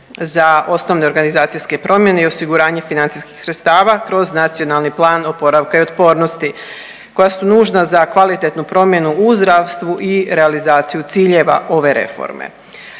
za osnovne organizacijske promjene i osiguranje financijskih sredstava kroz NPOO koja su nužna za kvalitetnu promjenu u zdravstvu i realizaciju ciljeva ove reforme.